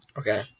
okay